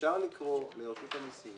אפשר לקרוא לרשות המסים